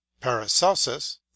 paracelsus